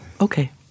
Okay